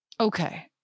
Okay